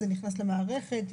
זה נכנס למערכת,